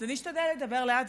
אז אני אשתדל לדבר לאט,